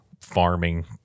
farming